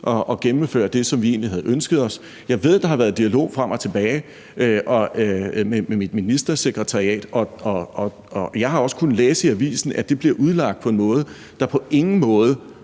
at gennemføre det, som vi egentlig havde ønsket os. Jeg ved, der har været en dialog frem og tilbage med mit ministersekretariat, og jeg har også kunnet læse i avisen, at det af hr. Michael Aastrup Jensen bliver udlagt på en måde, der på ingen måde